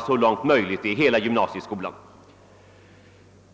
så långt möjligt skall tilllämpas i hela gymnasieskolan när vi nu skapar en integrerad och sammanhållen gymnasieskola.